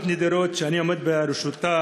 אדוני היושב-ראש,